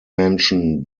mention